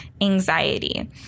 anxiety